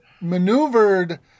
maneuvered